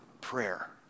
prayer